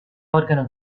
organo